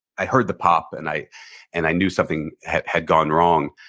i heard the pop, and i and i knew something had had gone wrong,